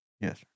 Yes